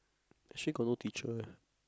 she got no teacher lah